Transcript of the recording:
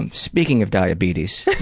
um speaking of diabetes,